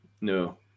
no